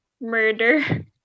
murder